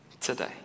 today